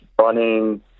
running